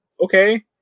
Okay